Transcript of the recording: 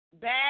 bad